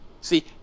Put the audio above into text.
see